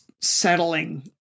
settling